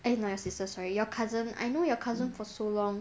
eh not your sister sorry your cousin I know your cousin for so long